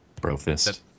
Brofist